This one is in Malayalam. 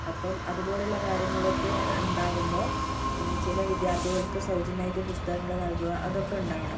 അപ്പം അതുപോലുള്ള കാര്യങ്ങള് ഒക്കെ ഉണ്ടാകുമ്പോൾ ചില വിദ്യാര്ത്ഥികള്ക്ക് സൗജന്യമായിട്ട് പുസ്തകങ്ങള് നല്കുക അതൊക്കെ ഉണ്ടാവണം